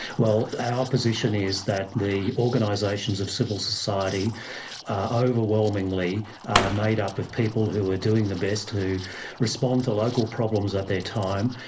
well, our position is that the organisations of civil society are overwhelmingly made up of people who are doing the best, who respond to local problems at their time,